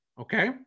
okay